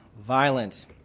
violent